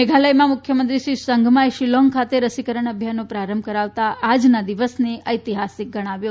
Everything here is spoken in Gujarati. મેઘાલયમાં મુખ્યમંત્રી શ્રી સંગમાએ શિલોંગ ખાતે રસીકરણ અભિયાનનો પ્રારંભ કરાવતા આજના દિવસને ઐતિહાસિક ગણાવ્યો